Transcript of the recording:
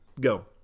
Go